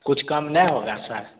कुछ कम नहीं होगा सर